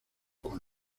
con